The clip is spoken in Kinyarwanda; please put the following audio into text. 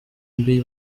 mbi